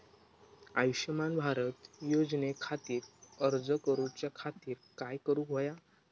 आयुष्यमान भारत योजने खातिर अर्ज करूच्या खातिर काय करुक होया?